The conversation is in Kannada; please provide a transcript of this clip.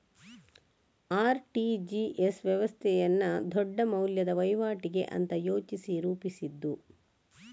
ಆರ್.ಟಿ.ಜಿ.ಎಸ್ ವ್ಯವಸ್ಥೆಯನ್ನ ದೊಡ್ಡ ಮೌಲ್ಯದ ವೈವಾಟಿಗೆ ಅಂತ ಯೋಚಿಸಿ ರೂಪಿಸಿದ್ದು